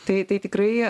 tai tai tikrai